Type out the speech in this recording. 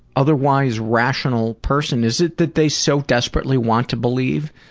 otherwise rational person. is it that they so desperately want to believe?